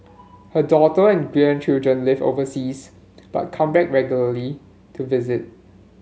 her daughter and grandchildren live overseas but come back regularly to visit